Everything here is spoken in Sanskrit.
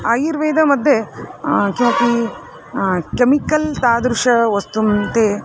आयुर्वेदमध्ये किमपि केमिकल् तादृशीं वस्तुनः ते